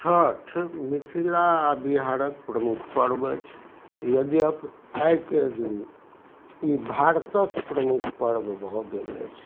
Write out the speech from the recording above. छठि मिथिला आओर बिहारके प्रमुख पर्व अछि यद्यपि आइके दिन ई भारतके प्रमुख पर्व भऽ गेल अछि